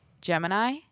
Gemini